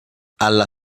alla